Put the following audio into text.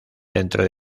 dentro